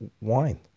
wine